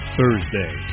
Thursday